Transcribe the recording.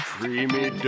Creamy